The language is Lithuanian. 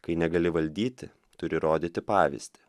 kai negali valdyti turi rodyti pavyzdį